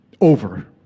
over